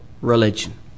religion